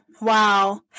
wow